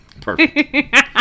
Perfect